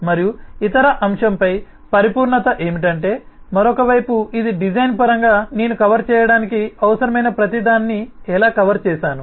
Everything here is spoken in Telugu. మరియు ఇతర అంశంపై పరిపూర్ణత ఏమిటంటే మరొక వైపు ఇది డిజైన్ పరంగా నేను కవర్ చేయడానికి అవసరమైన ప్రతిదాన్ని ఎలా కవర్ చేసాను